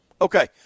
Okay